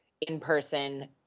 in-person